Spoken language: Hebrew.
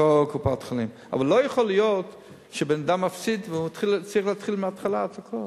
אבל לא יכול להיות שבן-אדם מפסיד והוא צריך להתחיל מההתחלה הכול.